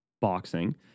boxing